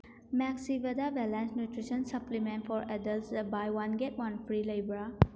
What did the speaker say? ꯃꯦꯛꯁꯤꯚꯗ balance nutrition supplement for ꯑꯦꯗꯜꯗ buy one get one free ꯂꯩꯕ꯭ꯔ